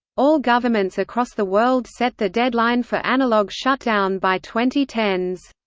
all governments across the world set the deadline for analog shutdown by twenty ten s.